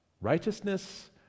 Righteousness